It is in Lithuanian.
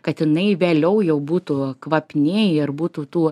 kad jinai vėliau jau būtų kvapni ir būtų tų